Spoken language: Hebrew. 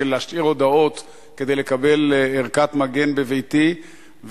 של להשאיר הודעות כדי לקבל ערכת מגן בביתי,